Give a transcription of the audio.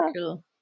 cool